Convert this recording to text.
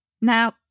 Now